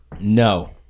No